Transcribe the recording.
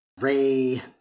Ray